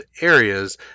areas